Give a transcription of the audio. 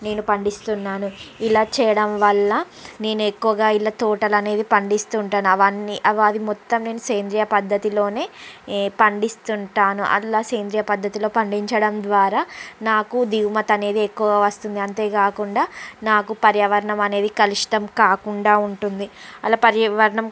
నేను పండిస్తున్నాను ఇలా చేయడం వల్ల నేను ఎక్కువగా ఇలా తోటలనేది పండిస్తూ ఉంటాను అవన్నీ అది మొత్తం సేంద్రియ పద్ధతిలోనే ఏ పండిస్తుంటాను అలా సేంద్రియ పద్ధతిలో పండించడం ద్వారా నాకు దిగుమత అనేది ఎక్కువ వస్తుంది అంతే కాకుండా నాకు పర్యావరణం అనేది కలుషితం కాకుండా ఉంటుంది అలా పర్యావరణం